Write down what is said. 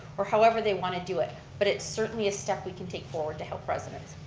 or however they want to do it. but it's certainly a step we can take forward to help residents.